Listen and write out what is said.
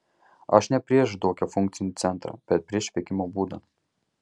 aš ne prieš daugiafunkcį centrą bet prieš veikimo būdą